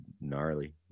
gnarly